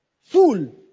Full